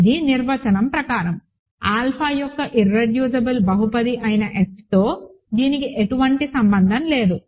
ఇది నిర్వచనం ప్రకారం ఆల్ఫా యొక్క ఇర్రెడ్యూసిబుల్ బహుపది అయిన Fతో దీనికి ఎటువంటి సంబంధం లేదు